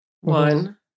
one